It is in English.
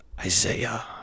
Isaiah